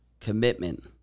commitment